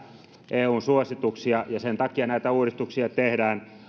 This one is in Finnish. eun suosituksia ja sen takia näitä uudistuksia tehdään